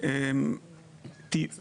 שאנחנו